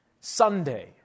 Sunday